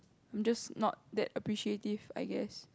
I'm just not that appreciative I guess